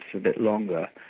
bit longer.